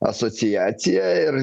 asociaciją ir